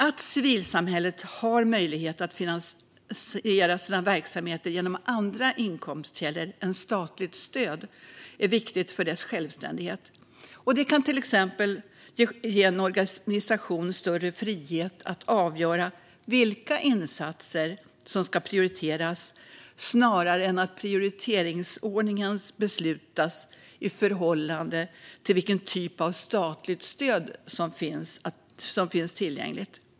Att civilsamhället har möjlighet att finansiera sina verksamheter genom andra inkomstkällor än statligt stöd är viktigt för dess självständighet. Det kan till exempel ge en organisation större frihet att avgöra vilka insatser som ska prioriteras, snarare än att prioriteringsordningen beslutas i förhållande till vilken typ av statligt stöd som finns tillgängligt.